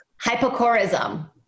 Hypocorism